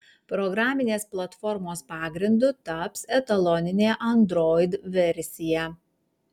programinės platformos pagrindu taps etaloninė android versija